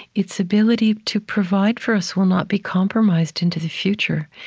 its ability to provide for us will not be compromised into the future.